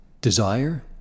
Desire